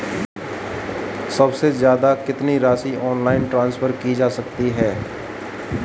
सबसे ज़्यादा कितनी राशि ऑनलाइन ट्रांसफर की जा सकती है?